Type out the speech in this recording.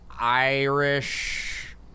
Irish